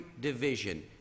division